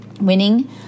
winning